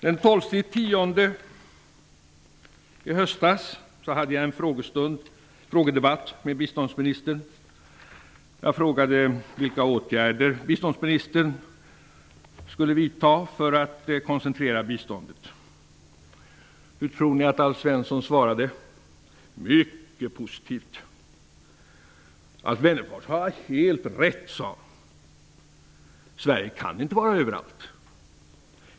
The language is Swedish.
Den 12 oktober i höstas hade jag en frågedebatt med biståndsministern, då jag frågade vilka åtgärder han skulle vidta för att koncentrera biståndet. Hur tror ni att Alf Svensson svarade? Mycket positivt. Alf Wennerfors har helt rätt, sade han. Sverige kan inte vara överallt.